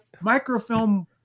microfilm